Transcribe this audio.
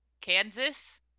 Kansas